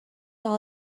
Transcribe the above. all